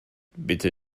bitte